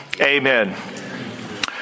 Amen